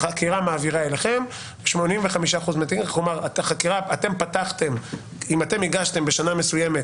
אם אתם הגשתם בשנה מסוימת